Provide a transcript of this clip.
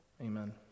Amen